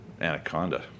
anaconda